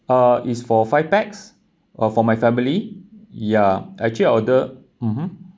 uh is for five pax uh for my family ya actually order mmhmm